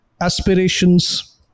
aspirations